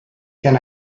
can